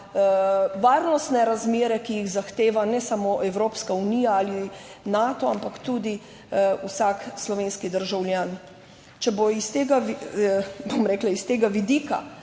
varnostne razmere, ki jih zahteva ne samo Evropska unija ali Nato, ampak tudi vsak slovenski državljan. Če bo iz tega,